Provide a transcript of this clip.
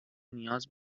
نیاز